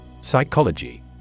Psychology